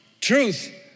truth